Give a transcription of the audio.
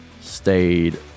stayed